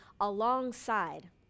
alongside